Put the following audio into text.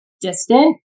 distant